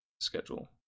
schedule